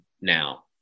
now